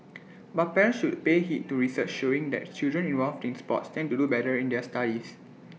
but parents should pay heed to research showing that children involved in sports tend to do better in their studies